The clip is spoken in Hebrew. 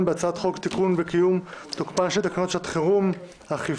בהצעת חוק הסמכת שירות הביטחון הכללי לסייע במאמץ